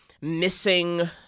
missing